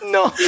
No